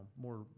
more